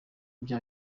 bya